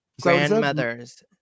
Grandmothers